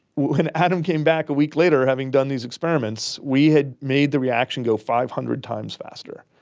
when adam came back a week later having done these experiments, we had made the reaction go five hundred times faster.